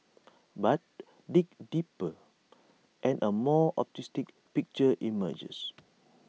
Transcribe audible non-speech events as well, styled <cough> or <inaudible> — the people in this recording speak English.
<noise> but dig deeper and A more optimistic picture emerges